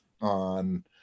On